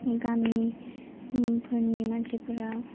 गामिफोनि ओम मानसिफ्रा